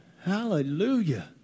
Hallelujah